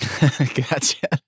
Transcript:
Gotcha